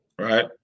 Right